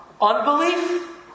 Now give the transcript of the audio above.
unbelief